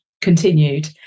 continued